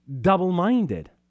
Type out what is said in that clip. double-minded